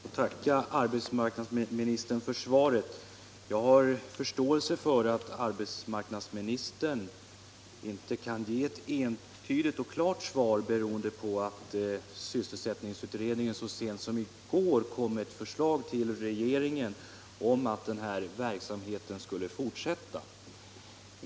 Herr talman! Jag ber att få tacka arbetsmarknadsministern för svaret. Jag har förståelse för att arbetsmarknadsministern inte kan ge ett entydigt och klart svar, eftersom sysselsättningsutredningen så sent som i går kom med förslag till regeringen om att denna verksamhet skulle fortsätta.